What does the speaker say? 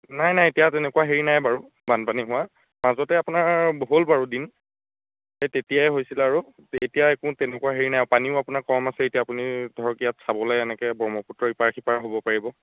নাই নাই এতিয়া তেনেকুৱা হেৰি নাই বাৰু বানপানী হোৱাৰ মাজতে আপোনাৰ হ'ল বাৰু দিন সেই তেতিয়াই হৈছিল আৰু এতিয়া একো তেনেকুৱা হেৰি নাই পানীও আপোনাৰ কম আছে এতিয়া আপুনি ধৰক ইয়াত চাবলৈ এনেকৈ ব্ৰহ্মপুত্ৰৰ ইপাৰ সিপাৰ হ'ব পাৰিব